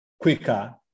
quicker